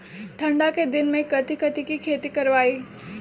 ठंडा के दिन में कथी कथी की खेती करवाई?